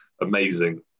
amazing